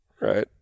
Right